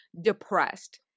depressed